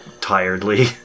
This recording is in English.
tiredly